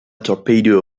torpedo